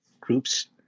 groups